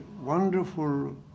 wonderful